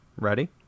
Ready